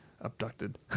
Abducted